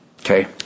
okay